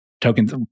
tokens